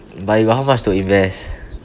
but you got how much to invest